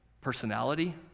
personality